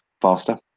faster